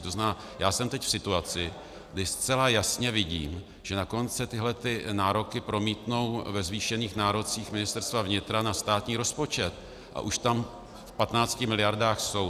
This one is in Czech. To znamená, já jsem teď v situaci, kdy zcela jasně vidím, že nakonec se tyhle nároky promítnou ve zvýšených nárocích Ministerstva vnitra na státní rozpočet, a už tam v 15 miliardách jsou.